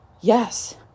Yes